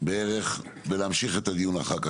בערך ולהמשיך את הדיון אחר כך.